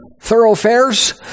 thoroughfares